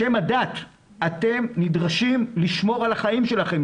בשם הדת אתם נדרשים לשמור על החיים שלכם.